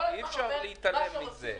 אי אפשר להתעלם מזה.